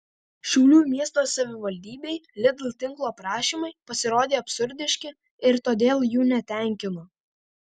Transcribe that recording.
šiaulių miesto savivaldybei lidl tinklo prašymai pasirodė absurdiški ir todėl jų netenkino